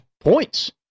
points